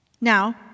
Now